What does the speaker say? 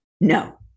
no